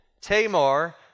Tamar